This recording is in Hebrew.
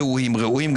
או רעועים.